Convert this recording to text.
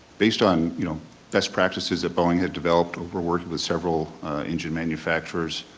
based on you know best practices that bowing had developed over working with several engine manufacturers,